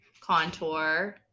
contour